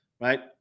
Right